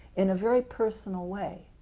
in a very personal way.